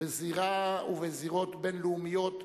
בזירות בין-לאומיות,